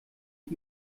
ich